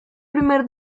primer